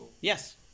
Yes